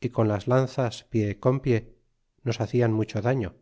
y con las lanzas pie con pie nos hacian mucho daño